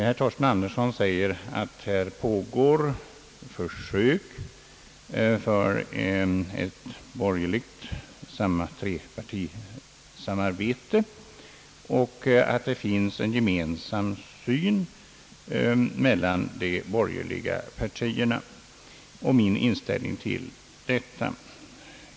Herr Torsten Andersson säger att här pågår försök att få till stånd ett borgerligt trepartisamarbete och att det finns en gemensam syn mellan de borgerliga partierna, och så frågade han efter min inställning till detta.